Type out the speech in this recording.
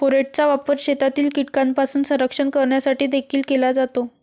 फोरेटचा वापर शेतातील कीटकांपासून संरक्षण करण्यासाठी देखील केला जातो